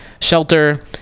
shelter